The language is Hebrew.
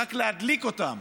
שרק להדליק אותם,